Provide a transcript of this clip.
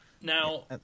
now